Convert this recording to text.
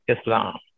Islam